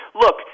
Look